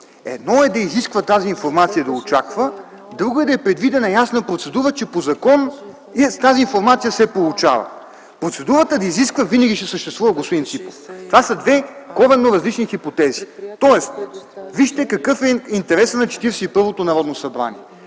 да изисква тази информация и да я очаква, друго е да е предвидена ясна процедура, че по закон тази информация се получава. Процедурата да изисква винаги си съществува, господин Ципов, това са две коренно различни хипотези. Тоест вижте какъв е интересът на Четиридесет